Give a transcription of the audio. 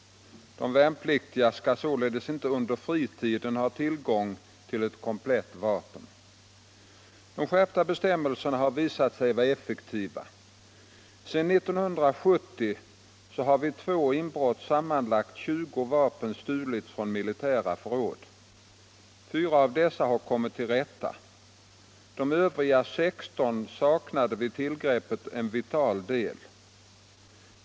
De värnpliktiga skall således inte under fritiden ha tillgång till ett komplett vapen. De skärpta bestämmelserna har visat sig vara effektiva. Sedan år 1970 har vid två inbrott sammanlagt 20 vapen stulits från militära förråd. Fyra av dessa har kommit till rätta. De övriga 16 saknade vid tillgreppet en vital del.